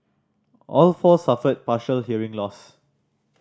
all four suffered partial hearing loss